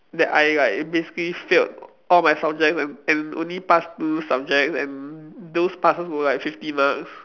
that I like basically failed all my subjects and and only pass two subjects and those passes were like fifty marks